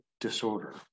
Disorder